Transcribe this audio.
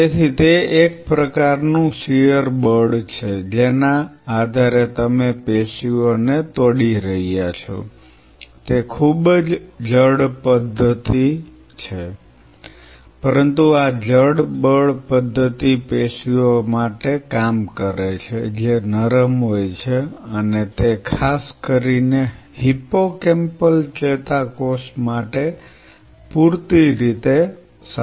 તેથી તે એક પ્રકારનું શિઅર બળ છે જેના આધારે તમે પેશીઓને તોડી રહ્યા છો તે ખૂબ જ જડ બળ પદ્ધતિ છે પરંતુ આ જડ બળ પદ્ધતિ પેશીઓ માટે કામ કરે છે જે નરમ હોય છે અને તે ખાસ કરીને હિપ્પોકેમ્પલ ચેતાકોષ માટે પૂરતી રીતે સારું છે